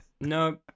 no